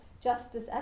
justice